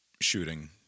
shooting